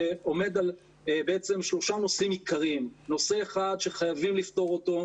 שעומד על בעצם שלושה נושאים עיקריים: נושא אחד שחייבים לפתור אותו,